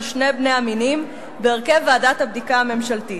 בני שני המינים בהרכב ועדת הבדיקה הממשלתית.